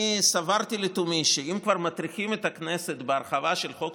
אני סברתי לתומי שאם כבר מטריחים את הכנסת בהרחבה של חוק